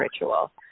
ritual